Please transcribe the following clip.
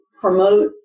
promote